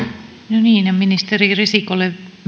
no niin ja ministeri risikolle